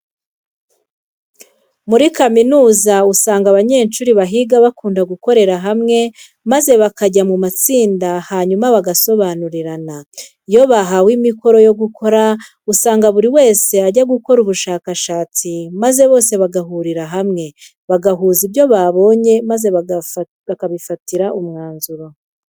Muri kaminuza usanga abanyeshuri bahiga bakunda gukorera hamwe maze bakajya mu matsinda hanyuma bagasobanurirana. Iyo bahawe imikoro yo gukora, usanga buri wese ajya gukora ubushakashatsi maze bose bagahurira hamwe, bagahuza ibyo babonye maze bakabifatira umwanzuro.